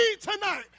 tonight